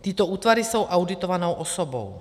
Tyto útvary jsou auditovanou osobou.